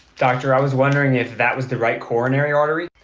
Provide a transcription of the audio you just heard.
doctor, i was wondering if that was the right coronary artery.